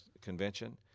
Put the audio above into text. convention